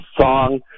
song